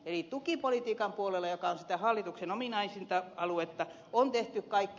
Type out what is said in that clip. eli tukipolitiikan puolella joka on sitä hallituksen ominta aluetta on tehty kaikki